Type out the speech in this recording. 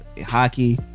Hockey